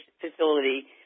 facility